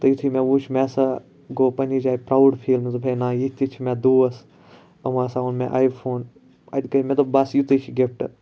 تہٕ یُتھے مےٚ وُچٔھ مےٚ ہَسا گوٚو پَننہِ جایہِ پرَوُڈ فیٖل مےٚ دۄپ ہے نا یِتھ تہٕ چھِ مےٚ دوس یِمو ہَسا اوٚن مےٚ آیۍ فون اتہِ گٔے مےٚ دوپ بَس یُتٕے چھُ گِفٹہِ